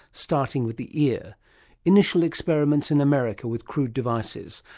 starting with the ear initial experiments in america with crude devices,